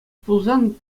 пулсан